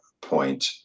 point